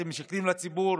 אתם משקרים לציבור,